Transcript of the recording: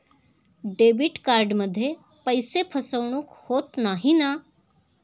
Debit कार्डमध्ये पैसे फसवणूक होत नाही ना?